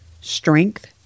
Strength